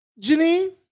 Janine